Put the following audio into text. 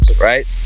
Right